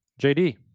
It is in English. JD